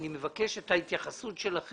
אני מבקש את ההתייחסות שלכם